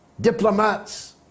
diplomats